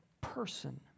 person